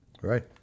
Right